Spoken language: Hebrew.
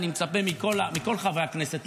אני מצפה מכל חברי הכנסת,